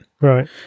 Right